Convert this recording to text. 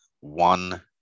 one